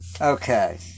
Okay